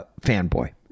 fanboy